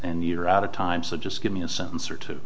and you're out of time so just give me a sentence or two